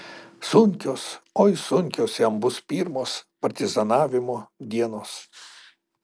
sunkios oi sunkios jam bus pirmos partizanavimo dienos